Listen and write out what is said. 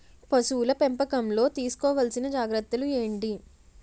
పశువుల పెంపకంలో తీసుకోవల్సిన జాగ్రత్త లు ఏంటి?